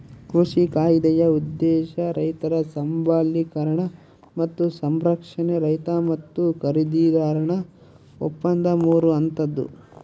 ಕೃಷಿ ಕಾಯ್ದೆಯ ಉದ್ದೇಶ ರೈತರ ಸಬಲೀಕರಣ ಮತ್ತು ಸಂರಕ್ಷಣೆ ರೈತ ಮತ್ತು ಖರೀದಿದಾರನ ಒಪ್ಪಂದ ಮೂರು ಹಂತದ್ದು